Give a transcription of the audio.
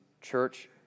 church